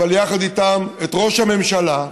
אבל יחד איתם את ראש הממשלה,